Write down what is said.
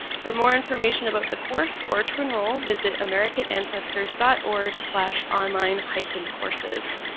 for more information about the course or to enroll, visit american ancestors dot org slash online hyphen courses.